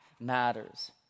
matters